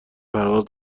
پرواز